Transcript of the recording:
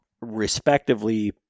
respectively